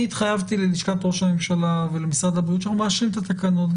אני התחייבתי ללשכת ראש הממשלה ולמשרד הבריאות שאנחנו מאשרים את התקנות,